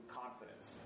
confidence